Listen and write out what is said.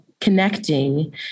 connecting